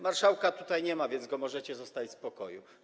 Marszałka tutaj nie ma, więc możecie go zostawić w spokoju.